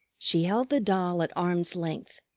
she held the doll at arm's length,